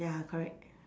ya correct